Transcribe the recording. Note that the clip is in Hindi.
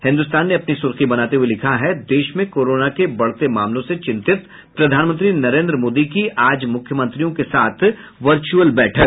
हिन्दुस्तान ने अपनी सुर्खी बनाते हये लिखा है देश में कोरोना के बढ़ते मामलों से चिंतित प्रधानमंत्री नरेन्द्र मोदी की आज मुख्यमंत्रियों के साथ वर्चुअल बैठक